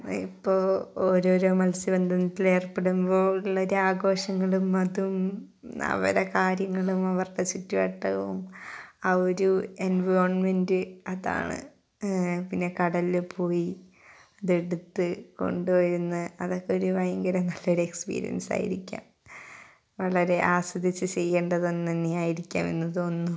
ഇപ്പോൾ ഓരോരോ മത്സ്യബന്ധനത്തിൽ ഏർപ്പെടുമ്പോൾ ഉള്ളൊരു ആഘോഷങ്ങളും അതും അവരെ കാര്യങ്ങളും അവരുടെ ചുറ്റുവട്ടവും ആ ഒരു എൻവിയോൺമെന്റ് അതാണ് പിന്നെ കടലിൽ പോയി അതെടുത്ത് കൊണ്ടു വരുന്ന് അതൊക്കെ ഒരു ഭയങ്കര നല്ലൊരു എക്സ്പീരിയൻസായിരിക്ക വളരെ ആസ്വദിച്ച് ചെയ്യേണ്ടത് തന്നെയായിരിക്കും എന്ന് തോന്നുന്നു